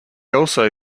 also